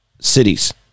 Cities